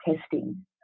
testing